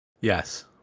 Yes